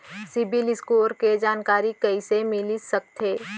CIBIL score के जानकारी कइसे मिलिस सकथे?